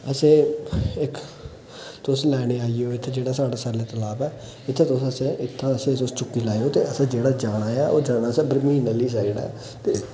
असें इक तुस लैने आई आओ इत्थै जेह्ड़े साढ़े सैल्ले तलाब ऐ इत्थै तुस असें तुस चुक्की लैएयो असें जेह्ड़ा जाना ऐ ओह् जाना ऐ असें बरमीन आह्ली साइड ऐ ते